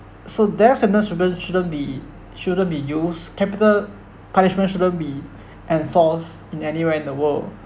so their sentence shouldn't shouldn't be shouldn't be used capital punishment shouldn't be enforced in anywhere in the world